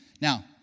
Now